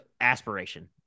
aspiration